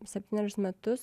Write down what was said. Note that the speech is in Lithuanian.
septynerius metus